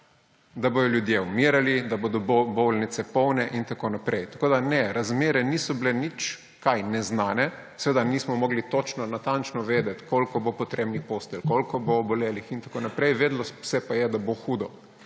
da bodo ljudje umirali, da bodo bolnice polne in tako naprej. Tako da ne, razmere niso bile nič kaj neznane. Seveda nismo mogli točno, natančno vedeti, koliko bo potrebnih postelj, koliko bo obolelih in tako naprej, vedelo se pa je, da bo hudo.